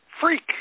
freak